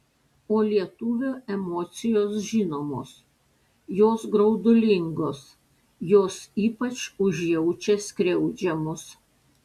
o lietuvio emocijos žinomos jos graudulingos jos ypač užjaučia skriaudžiamus